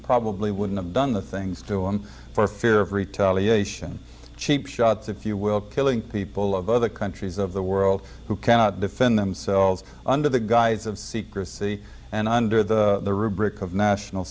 probably wouldn't have done the things to him for fear of retaliation cheap shots if you will killing people of other countries of the world who cannot defend themselves under the guise of secrecy and under the